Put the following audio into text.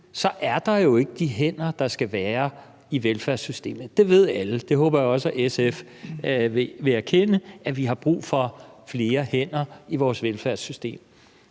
er der jo ikke de hænder, der skal være i velfærdssystemet. Det ved alle. Og det håber jeg også at SF vil erkende, altså at vi har brug for flere hænder i vores velfærdssystem.